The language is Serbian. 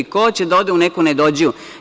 Ko hoće da ode u neku nedođiju?